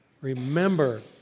Remember